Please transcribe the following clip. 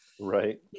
Right